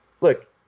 look